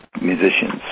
musicians